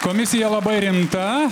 komisija labai rimta